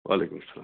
وعلیکُم سَلام